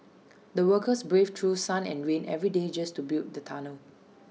the workers braved through sun and rain every day just to build the tunnel